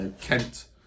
Kent